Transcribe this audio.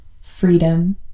freedom